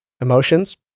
emotions